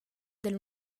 del